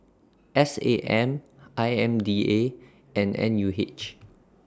S A M I M D A and N U H